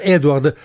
Edward